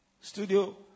Studio